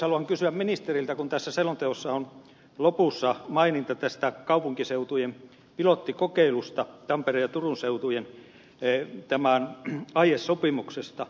haluan kysyä ministeriltä kun tässä selonteossa on lopussa maininta kaupunkiseutujen pilottikokeilusta tampereen ja turun seutujen aiesopimuksesta